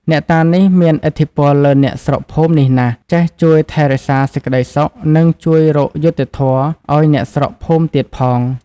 អ្នកតានេះ មាន ឥទ្ធិពលលើអ្នកស្រុកភូមិនេះណាស់ ចេះជួយថែរក្សាសេចក្តីសុខ និងជួយរកយុត្តិធម៌ឲ្យអ្នកស្រុកភូមិទៀត ផង ។